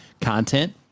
content